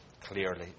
clearly